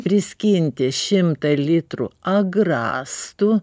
priskinti šimtą litrų agrastų